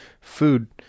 food